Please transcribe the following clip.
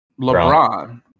LeBron